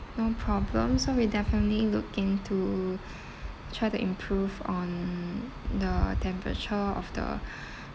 no problem so we'll definitely look into try to improve on the temperature of the